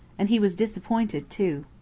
and he was disappointed too.